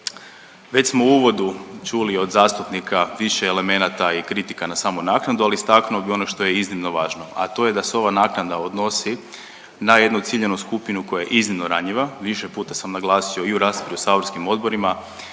Već smo u uvodu čuli od zastupnika više elemenata i kritika na samu naknadu, ali istaknuo bi ono što je iznimno važno, a to je da se ova naknada odnosi na jednu ciljanu skupinu koja je iznimno ranjiva, više puta sam naglasio i u raspravi u saborskim odborima